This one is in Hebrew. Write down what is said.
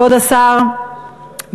כבוד השר,